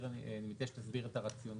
אבל אני רוצה שתסביר את הרציונל.